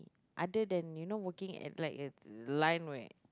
other than you know working at black it's line way